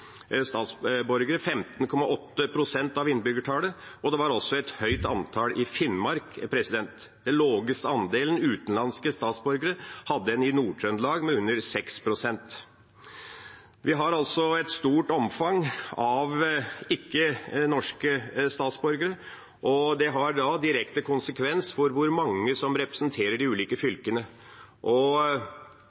statsborgere 15,8 pst. av innbyggertallet, og det var også et høyt antall i Finnmark. Den laveste andelen utenlandske statsborgere hadde man i Nord-Trøndelag, med under 6 pst. Vi har altså et stort omfang av ikke-norske statsborgere. Det har direkte konsekvens for hvor mange som representerer de ulike fylkene.